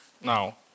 Now